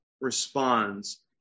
responds